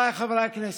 חבריי חברי הכנסת,